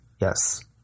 Yes